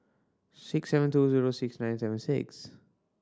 six seven two zero six nine seven six